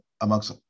amongst